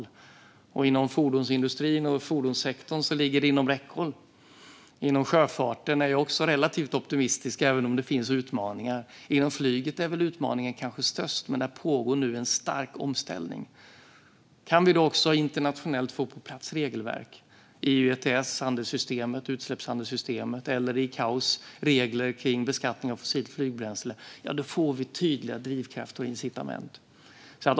Inom fordonsindustrin och fordonssektorn ligger det inom räckhåll. Jag är relativt optimistisk även när det gäller sjöfarten, även om det finns utmaningar. Inom flyget är kanske utmaningen störst, men där pågår nu en stark omställning. Kan vi också internationellt få på plats regelverk som EU ETS, utsläppshandelssystemet, eller ICAO:s regler kring beskattning av fossilt flygbränsle får vi tydliga drivkrafter och incitament.